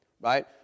Right